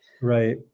Right